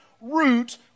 root